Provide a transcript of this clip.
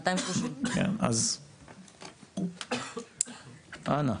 230. כן, אז אנא.